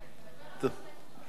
תגיד עכשיו.